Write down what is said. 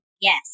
Yes